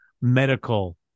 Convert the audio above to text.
medical